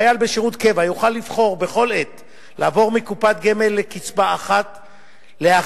חייל בשירות קבע יוכל לבחור בכל עת לעבור מקופת גמל לקצבה אחת לאחרת.